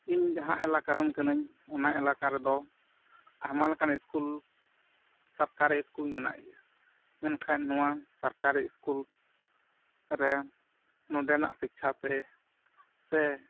ᱤᱧ ᱡᱟᱦᱟᱸ ᱮᱞᱟᱠᱟᱨᱮᱱ ᱠᱟᱹᱱᱟᱹᱧ ᱚᱱᱟ ᱮᱞᱟᱠᱟ ᱨᱮᱫᱚ ᱟᱭᱢᱟ ᱞᱮᱠᱟᱱ ᱥᱠᱩᱞ ᱥᱚᱨᱠᱟᱨᱤ ᱥᱠᱩᱞ ᱢᱮᱱᱟᱜ ᱜᱮᱭᱟ ᱢᱮᱱᱠᱷᱟᱱ ᱱᱚᱣᱟ ᱥᱚᱨᱠᱟᱨᱤ ᱥᱠᱩᱞ ᱨᱮ ᱱᱚᱸᱰᱮᱱᱟ ᱥᱤᱠᱠᱷᱟᱛᱮ ᱥᱮ